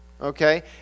Okay